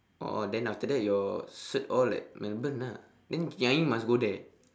oh then after that your cert all at melbourne ah then nyai must go there